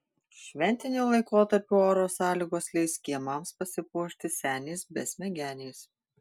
šventiniu laikotarpiu oro sąlygos leis kiemams pasipuošti seniais besmegeniais